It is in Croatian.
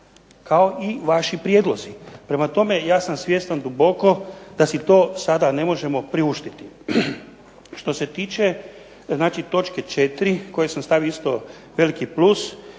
kao i vaši prijedlozi. Prema tome, ja sam svjestan duboko da si to sada ne možemo priuštiti. Što se tiče znači točke 4. kojoj sam stavio isto veliki plus